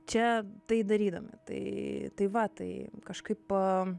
čia tai darydami tai tai va tai kažkaip